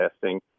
testing